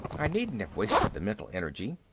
i needn't have wasted the mental energy.